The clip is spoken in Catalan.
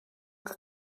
que